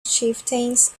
chieftains